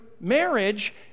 marriage